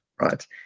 right